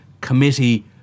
committee